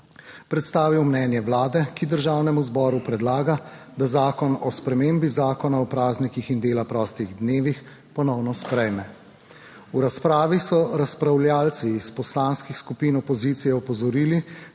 predstavil mnenje Vlade, ki Državnemu zboru predlaga, da Zakon o spremembi Zakona o praznikih in dela prostih dnevih ponovno sprejme. V razpravi so razpravljavci iz poslanskih skupin opozicije opozorili,